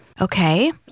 Okay